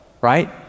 right